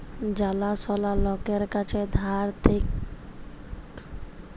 জালা সলা লকের কাছ থেক্যে ধার লিলে তাকে পিয়ার টু পিয়ার ব্যলে